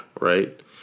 Right